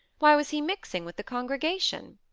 why was he mixing with the congregation?